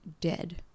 dead